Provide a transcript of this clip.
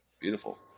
Beautiful